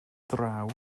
draw